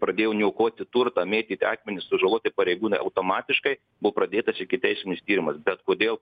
pradėjo niokoti turtą mėtyt akmenis sužaloti pareigūnai automatiškai buvo pradėtas ikiteisminis tyrimas bet kodėl